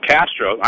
Castro